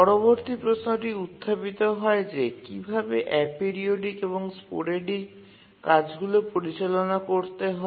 পরবর্তী প্রশ্নটি উত্থাপিত হয় যে কীভাবে অ্যাপিওরিওডিক এবং স্পোরেডিক কাজগুলি পরিচালনা করতে হয়